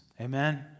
Amen